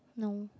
no